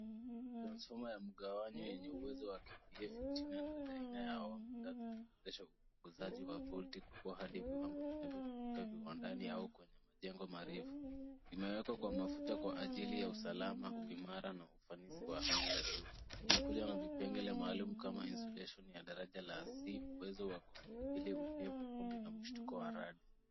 Transfoma ya mgawanyo yenye uwezo wa KVA 1500 ya aina za awamu tatu huwezesha upunguzaji wa volti kubwa hadi viwango vinavyotumika viwandani au kwenye majengo marefu. Vimewekwa kwenye mafuta kwa ajili ya usalama uimara, na ufanisi wa hali ya juu. Inakuja na vipengele maalum kama insulation ya daraja la C uwezo wa kustahimili unyevu, vumbi na mshtuko wa radi.